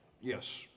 Yes